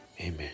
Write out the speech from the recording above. Amen